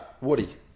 Woody